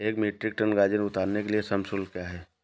एक metric ton गाजर उतारने के लिए श्रम शुल्क क्या है?